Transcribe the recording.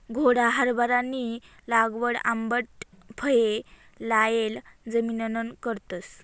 घोडा हारभरानी लागवड आंबट फये लायेल जमिनना करतस